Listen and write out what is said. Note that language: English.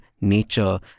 nature